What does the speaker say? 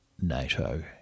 NATO